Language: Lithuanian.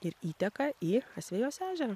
ir įteka į asvejos ežerą